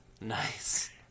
Nice